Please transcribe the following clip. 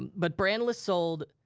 but brandless sold,